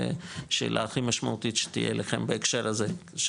זה שאלה הכי משמעותית שתהיה אליכם בהקשר הזה.